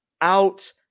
out